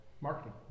marketing